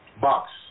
box